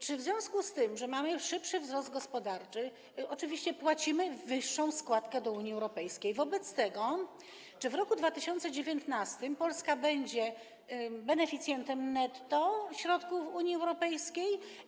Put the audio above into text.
Czy w związku z tym, że mamy szybszy wzrost gospodarczy - oczywiście płacimy wyższą składkę do Unii Europejskiej - w roku 2019 Polska będzie beneficjentem netto środków Unii Europejskiej?